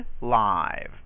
live